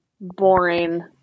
boring